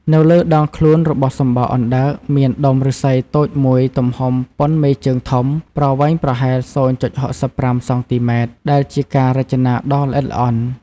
នៅលើដងខ្លួនរបស់សំបកអណ្តើក មានដុំឫស្សីតូចមួយទំហំប៉ុនមេជើងធំ ប្រវែងប្រហែល ០.៦៥ សង់ទីម៉ែត្រ ដែលជាការរចនាដ៏ល្អិតល្អន់។